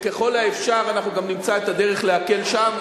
וככל האפשר אנחנו נמצא את הדרך להקל שם,